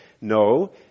No